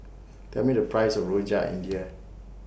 Tell Me The Price of Rojak India